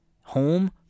home